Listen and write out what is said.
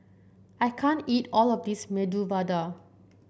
I can't eat all of this Medu Vada